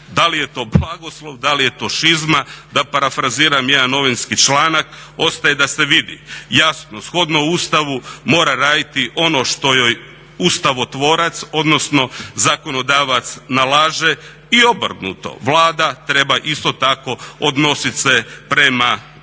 Da li je to blagoslov, da li je to šizma. Da parafraziram jedan novinski članak. Ostaje da se vidi. Jasno, shodno Ustavu mora raditi ono što joj ustavotvorac odnosno zakonodavac nalaže i obrnuto. Vlada treba isto tako odnosit se prema